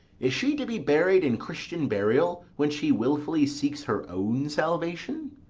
is she to be buried in christian burial when she wilfully seeks her own salvation?